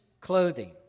clothing